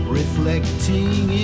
reflecting